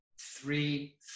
three